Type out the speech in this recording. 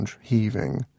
heaving